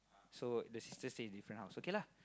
so the sister stay different house so okay lah